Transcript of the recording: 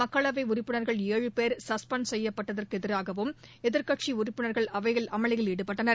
மக்களவை உறுப்பினர்கள் ஏழு பேர் சஸ்பெண்ட் செய்யப்பட்டதற்கு எதிராகவும் எதிர்க்கட்சி உறுப்பினர்கள் அவையில் அமளியில் ஈடுபட்டனர்